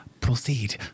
Proceed